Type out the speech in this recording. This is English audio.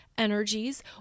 energies